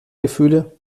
gefühle